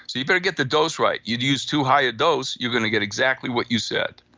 so, you better get the dose right. you use too high a dose, you're going to get exactly what you said